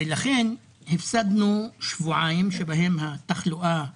ולכן הפסדנו שבועיים שבהם התחלואה גדלה.